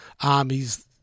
armies